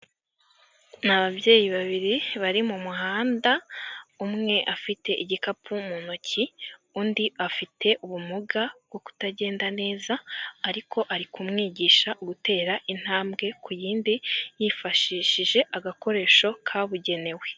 Ni ababyeyi babiri bari mu muhanda, umwe afite igikapu mu ntoki, undi afite ubumuga bwo kutagenda neza ariko ari kumwigisha gutera intambwe ku yindi, yifashishije agakoresho kabugenewe.